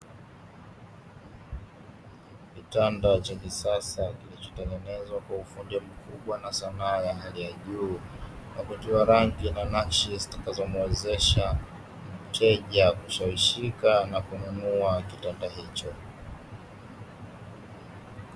Kitanda cha kisasa kilichotengenezwa kwa ufundi mkubwa na sanaa ya hali ya juu na kutiwa rangi na nakshi, zitakazomwezesha mteja kushawishika na kununua kitanda hicho.